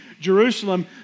Jerusalem